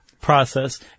process